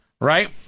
right